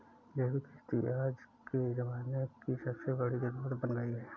जैविक खेती आज के ज़माने की सबसे बड़ी जरुरत बन गयी है